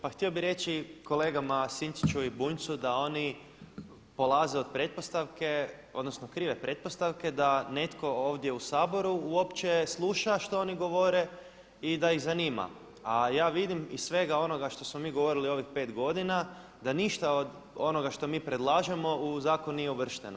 Pa htio bih reći kolegama Sinčiću i Bunjcu da oni polaze od pretpostavke, odnosno krive pretpostavke da netko ovdje u Saboru uopće sluša što oni govore i da ih zanima, a ja vidim iz svega onoga što smo mi govorili u ovih pet godina, da ništa od onoga što mi predlažemo u zakon nije uvršteno.